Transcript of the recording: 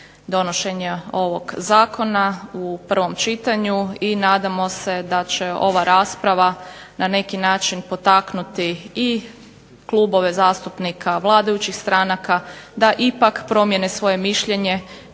donošenje ovog zakona u prvom čitanju i nadamo se da će ova rasprava na neki način potaknuti i klubove zastupnika vladajućih stranaka da ipak promijene svoje mišljenje